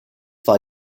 war